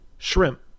shrimp